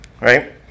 right